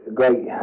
great